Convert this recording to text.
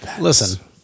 listen